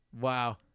Wow